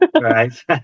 right